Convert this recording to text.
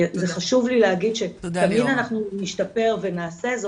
זה חשוב לי להגיד שתמיד אנחנו נשתפר ונעשה,